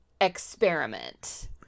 experiment